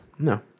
No